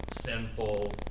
sinful